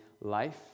life